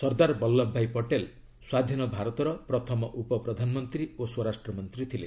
ସର୍ଦ୍ଦାର ବଲ୍ଲଭ ଭାଇ ପଟେଲ ସ୍ୱାଧୀନ ଭାରତର ପ୍ରଥମ ଉପ ପ୍ରଧାନମନ୍ତ୍ରୀ ଓ ସ୍ୱରାଷ୍ଟ୍ରମନ୍ତ୍ରୀ ଥିଲେ